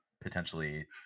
potentially